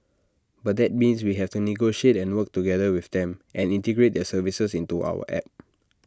but that means we have to negotiate and work together with them and integrate their services into our app